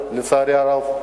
לצערי הרב,